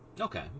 Okay